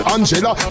Angela